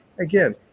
Again